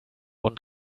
und